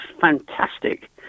fantastic